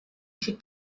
she